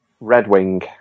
Redwing